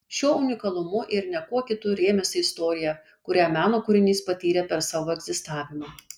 šiuo unikalumu ir ne kuo kitu rėmėsi istorija kurią meno kūrinys patyrė per savo egzistavimą